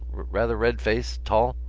rather red face tall.